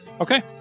Okay